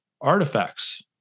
artifacts